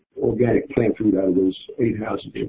organic plant food out of those eight houses.